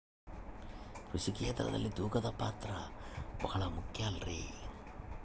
ಕೃಷಿ ಕ್ಷೇತ್ರದಲ್ಲಿ ತೂಕದ ಪಾತ್ರ ಬಹಳ ಮುಖ್ಯ ಅಲ್ರಿ?